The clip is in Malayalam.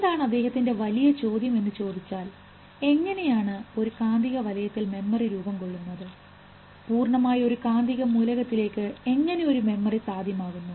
എന്താണ് അദ്ദേഹത്തിൻറെ വലിയ ചോദ്യം എന്ന് ചോദിച്ചാൽ എങ്ങനെയാണ് ഒരു കാന്തിക വലയത്തിൽ മെമ്മറി രൂപംകൊള്ളുന്നത് പൂര്ണമായ ഒരു കാന്തിക മൂലകത്തിലേക്ക് എങ്ങനെ ഒരു മെമ്മറി സാധ്യമാകുന്നു